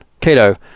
Cato